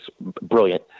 brilliant